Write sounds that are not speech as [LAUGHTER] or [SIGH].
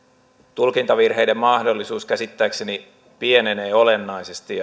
tulkintavirheiden mahdollisuus käsittääkseni pienenee olennaisesti [UNINTELLIGIBLE]